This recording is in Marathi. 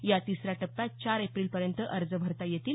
या तिसऱ्या टप्प्यात चार एप्रिलपर्यंत अर्ज भरता येतील